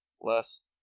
Less